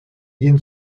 ihn